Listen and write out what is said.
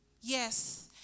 Yes